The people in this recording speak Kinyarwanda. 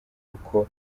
uko